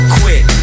quit